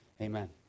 Amen